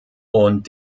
und